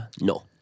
no